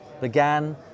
began